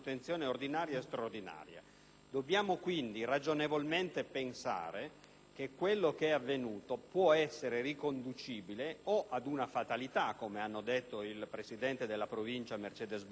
Dobbiamo quindi ragionevolmente pensare che quanto avvenuto può essere riconducibile o ad una fatalità, come hanno detto il presidente della Provincia Mercedes Bresso e il presidente del Consiglio